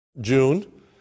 June